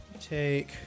Take